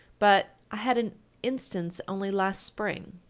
but i had an instance only last spring.